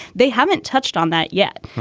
they haven't touched on that yet.